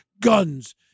guns